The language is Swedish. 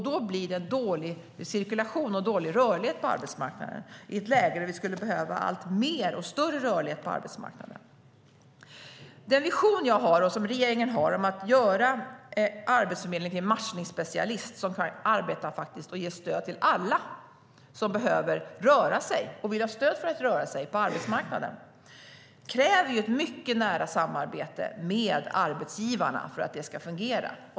Då blir det dålig cirkulation och dålig rörlighet på arbetsmarknaden i ett läge där vi skulle behöva alltmer och större rörlighet på arbetsmarknaden. Den vision jag och regeringen har om att göra Arbetsförmedlingen till matchningsspecialist som arbetar för och ger stöd till alla som behöver röra sig och vill ha stöd för det på arbetsmarknaden kräver ett mycket nära samarbete med arbetsgivarna om det ska fungera.